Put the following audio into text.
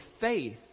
faith